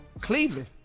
Cleveland